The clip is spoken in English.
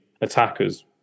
attackers